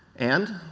and